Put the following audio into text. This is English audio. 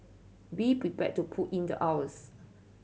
be prepared to put in the hours